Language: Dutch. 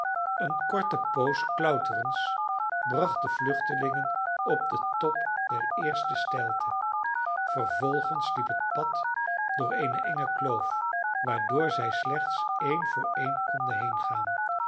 eene korte poos klauterens bracht de vluchtelingen op den top der eerste steilte vervolgens liep het pad door eene enge kloof waardoor zij slechts een voor een konden